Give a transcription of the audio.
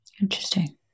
Interesting